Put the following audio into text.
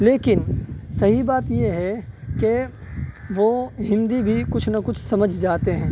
لیکن صحیح بات یہ ہے کہ وہ ہندی بھی کچھ نہ کچھ سمجھ جاتے ہیں